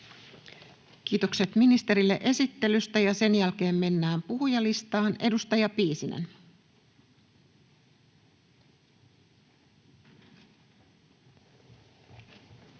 Kiitokset ministerille esittelystä. — Ja sen jälkeen mennään puhujalistaan. — Edustaja Piisinen.